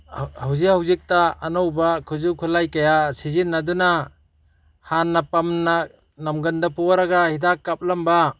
ꯍꯧꯖꯤꯛ ꯍꯧꯖꯤꯛꯇ ꯑꯅꯧꯕ ꯈꯨꯠꯁꯨ ꯈꯨꯠꯂꯥꯏ ꯀꯌꯥ ꯁꯤꯖꯤꯟꯅꯗꯨꯅ ꯍꯥꯟꯅ ꯄꯝꯅ ꯅꯪꯒꯟꯗ ꯄꯣꯔꯒ ꯍꯤꯗꯥꯛ ꯀꯥꯞꯂꯝꯕ